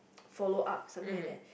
follow up something like that